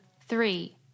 three